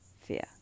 fear